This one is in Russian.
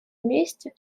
вместе